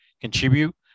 contribute